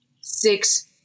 six